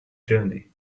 journey